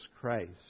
Christ